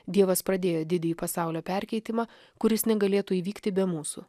dievas pradėjo didįjį pasaulio perkeitimą kuris negalėtų įvykti be mūsų